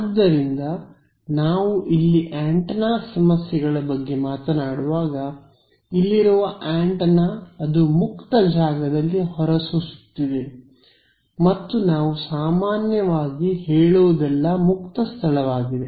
ಆದ್ದರಿಂದ ನಾವು ಇಲ್ಲಿ ಆಂಟೆನಾ ಸಮಸ್ಯೆಗಳ ಬಗ್ಗೆ ಮಾತನಾಡುವಾಗ ಇಲ್ಲಿರುವ ಆಂಟೆನಾ ಅದು ಮುಕ್ತ ಜಾಗದಲ್ಲಿ ಹೊರಸೂಸುತ್ತಿದೆ ಮತ್ತು ನಾವು ಸಾಮಾನ್ಯವಾಗಿ ಹೇಳುವುದೆಲ್ಲ ಮುಕ್ತ ಸ್ಥಳವಾಗಿದೆ